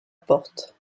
porte